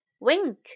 Wink